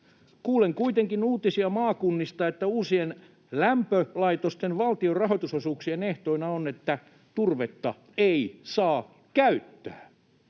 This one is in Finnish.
Kuulen kuitenkin uutisia maakunnista, että uusien lämpölaitosten valtion rahoitusosuuksien ehtona on, että turvetta ei saa käyttää.